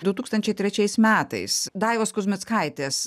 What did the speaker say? du tūkstančiai trečiais metais daivos kuzmickaitės